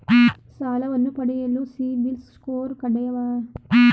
ಸಾಲವನ್ನು ಪಡೆಯಲು CIBIL score ಕಡ್ಡಾಯವೇ?